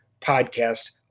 podcast